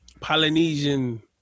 Polynesian